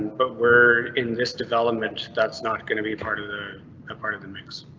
but we're in this development. that's not going to be part of the um part of the mix.